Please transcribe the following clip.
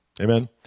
Amen